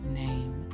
name